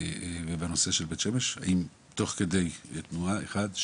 והנושא של בית שמש, האם תוך כדי תנועה, אחד.